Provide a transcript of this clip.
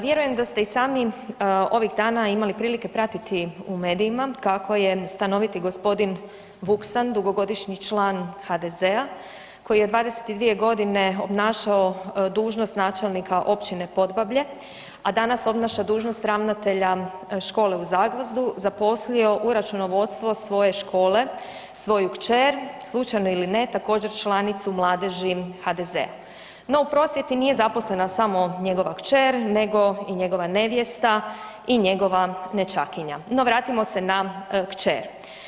Vjerujem da ste i sami ovih dana imali prilike pratiti u medijima kako je stanoviti g. Vuksan dugogodišnji član HDZ-a koji je 22 g. obnašao dužnost načelnika općine Podbablje danas obnaša dužnost ravnatelja škole u Zagvozdu, zaposlio u računovodstvo svoje škole, svoju kćer, slučajno ili ne, također članicu mladeži HDZ-a no u prosvjeti nije zaposlena samo njegova kćer nego i njegova nevjesta i njegova nećakinja no vratimo se na kćer.